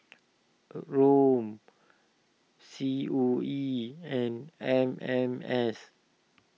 Rom C O E and M M S